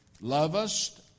lovest